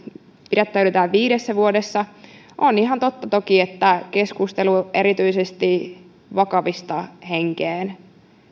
pidättäydytään viidessä vuodessa on ihan totta toki että keskustelussa erityisesti vakavista henkeen